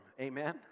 Amen